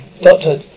Doctor